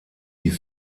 die